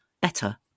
better